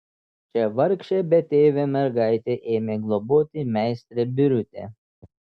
čia vargšę betėvę mergaitę ėmė globoti meistrė birutė